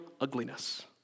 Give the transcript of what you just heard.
ugliness